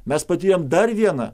mes patyrėme dar vieną